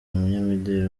umunyamideli